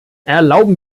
erlauben